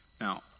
Now